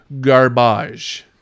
Garbage